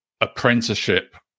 apprenticeship